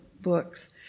books